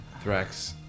Thrax